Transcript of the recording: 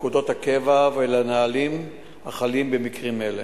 לפקודות הקבע ולנהלים החלים במקרים אלה.